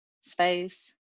space